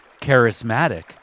charismatic